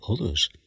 others